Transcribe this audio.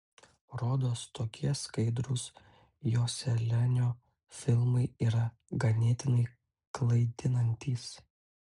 rodos tokie skaidrūs joselianio filmai yra ganėtinai klaidinantys